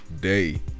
day